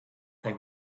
they